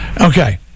Okay